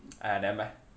!aiya! nevermind